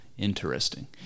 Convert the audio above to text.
Interesting